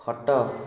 ଖଟ